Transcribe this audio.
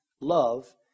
Love